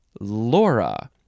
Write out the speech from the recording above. Laura